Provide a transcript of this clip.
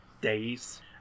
days